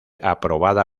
aprobada